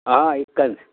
ಹಾಂ ಇಕ್ಕೋಣ ರೀ